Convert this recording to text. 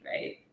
right